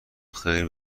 خیر